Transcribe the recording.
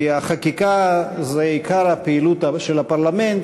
כי החקיקה זה עיקר הפעילות של הפרלמנט.